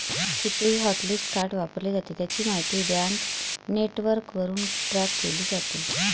कुठेही hotlist card वापरले जाते, त्याची माहिती बँक नेटवर्कवरून ट्रॅक केली जाते